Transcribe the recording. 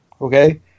Okay